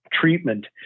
treatment